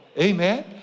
Amen